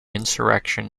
insurrection